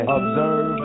observe